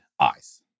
eyes